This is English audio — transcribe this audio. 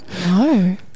No